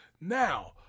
Now